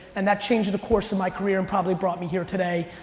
and that changed the course of my career and probably brought me here today.